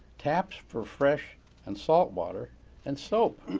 taps for fresh and salt water and soap.